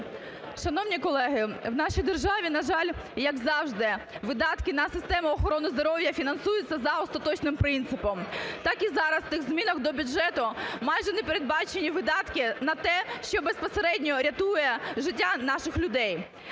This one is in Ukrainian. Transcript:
Шановні колеги, в нашій державі, на жаль, як завжди, видатки на систему охорони здоров'я фінансуються за остаточним принципом. Так і зараз в цих змінах до бюджету майже не передбачені видатки на те, що безпосередньо рятує життя наших людей.